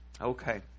okay